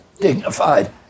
dignified